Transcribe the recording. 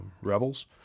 rebels